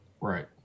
Right